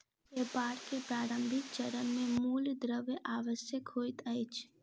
व्यापार के प्रारंभिक चरण मे मूल द्रव्य आवश्यक होइत अछि